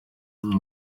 buryo